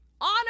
Honor